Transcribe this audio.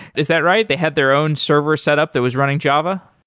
is that right? they had their own server set up that was running java?